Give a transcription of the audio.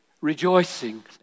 Rejoicing